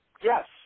Yes